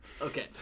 Okay